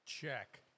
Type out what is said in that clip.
Check